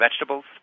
vegetables